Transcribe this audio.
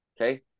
Okay